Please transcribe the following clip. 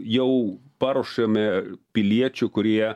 jau paruošėme piliečių kurie